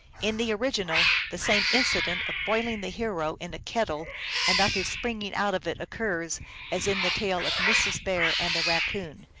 in the original, the same incident of boiling the hero in a kettle and of his springing out of it occurs as in the tale of mrs. bear and the raccoon.